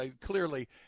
Clearly –